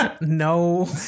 No